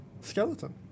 skeleton